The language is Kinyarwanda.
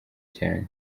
cyane